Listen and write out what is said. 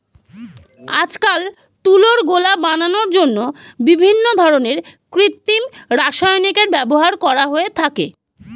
আজকাল তুলোর গোলা বানানোর জন্য বিভিন্ন ধরনের কৃত্রিম রাসায়নিকের ব্যবহার করা হয়ে থাকে